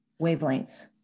wavelengths